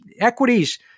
equities